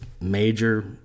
major